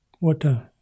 Water